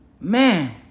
Man